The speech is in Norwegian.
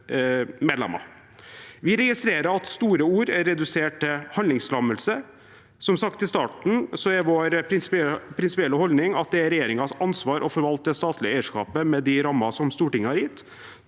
Vi registrerer at store ord er redusert til handlingslammelse. Som sagt i starten er vår prinsipielle holdning at det er regjeringens ansvar å forvalte det statlige eierskapet med de rammene som Stortinget har gitt.